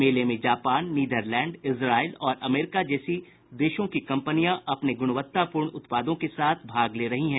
मेले में Japan Netherlands Israel और अमेरिका जैसे देशों की कंपनियां अपने गुणवत्तापूर्ण उत्पादों को साथ भाग ले रही हैं